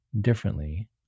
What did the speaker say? differently